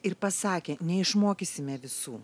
ir pasakė neišmokysime visų